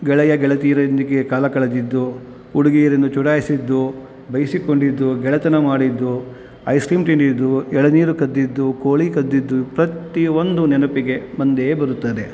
ಗೆಳೆಯ ಗೆಳತಿಯರೊಂದಿಗೆ ಕಾಲ ಕಳೆದಿದ್ದು ಹುಡುಗಿಯರನ್ನು ಚುಡಾಯಿಸಿದ್ದು ಬೈಸಿಕೊಂಡಿದ್ದು ಗೆಳೆತನ ಮಾಡಿದ್ದು ಐಸ್ಕ್ರೀಮ್ ತಿಂದಿದ್ದು ಎಳನೀರು ಕದ್ದಿದ್ದು ಕೋಳಿ ಕದ್ದಿದ್ದು ಪ್ರತಿ ಒಂದು ನೆನಪಿಗೆ ಬಂದೇ ಬರುತ್ತದೆ